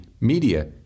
media